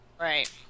Right